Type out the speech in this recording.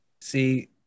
See